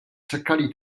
czekali